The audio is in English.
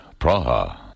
Praha